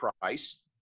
price